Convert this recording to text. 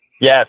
Yes